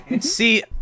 see